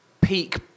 peak